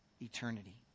eternity